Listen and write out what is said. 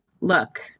Look